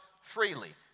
Freely